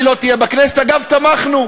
אבל הסתה מסוג אחר,